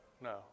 No